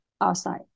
outside